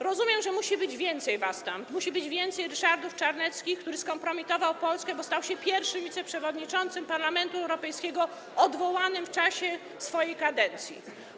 Rozumiem, że musi być więcej was tam, musi być więcej Ryszardów Czarneckich, a Ryszard Czarnecki skompromitował Polskę, bo stał się pierwszym wiceprzewodniczącym Parlamentu Europejskiego odwołanym w czasie swojej kadencji.